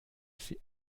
sie